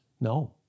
No